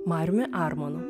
mariumi armonu